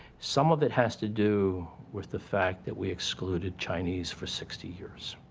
some of it has to do with the fact that we excluded chinese for sixty years.